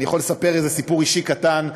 אני יכול לספר איזה סיפור אישי קטן.